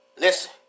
Listen